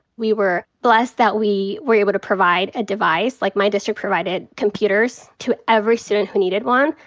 we were blessed that we were able to provide a device. like, my district provided computers to every student who needed one,